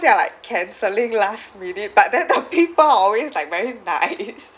you are like cancelling last minute but then the people are always like very nice